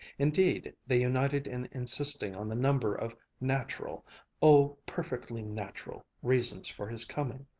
indeed, they united in insisting on the number of natural oh, perfectly natural reasons for his coming.